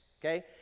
okay